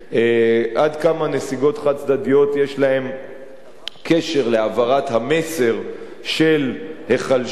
עד כמה נסיגות חד-צדדיות יש להן קשר להעברת המסר של היחלשות,